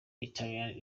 italian